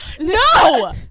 no